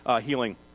healing